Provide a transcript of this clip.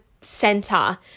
center